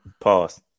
Pause